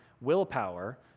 willpower